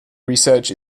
research